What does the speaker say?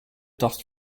dust